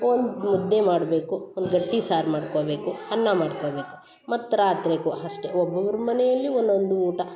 ಒಂದು ಮುದ್ದೆ ಮಾಡಬೇಕು ಒಂದು ಗಟ್ಟಿ ಸಾರು ಮಾಡ್ಕೊಬೇಕು ಅನ್ನ ಮಾಡ್ಕೊಬೇಕು ಮತ್ತೆ ರಾತ್ರಿಗು ಅಷ್ಟೇ ಒಬ್ಬೊಬ್ರ ಮನೆಯಲ್ಲಿ ಒನ್ನೊಂದು ಊಟ